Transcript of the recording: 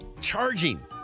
charging